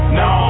no